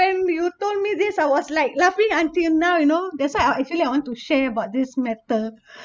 when you told me this I was like laughing until now you know that's why I actually I want to share about this matter